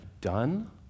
done